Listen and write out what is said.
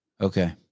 Okay